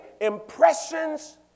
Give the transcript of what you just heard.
impressions